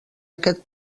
aquest